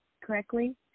correctly